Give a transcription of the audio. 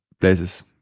places